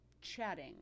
chatting